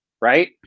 right